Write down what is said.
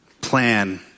plan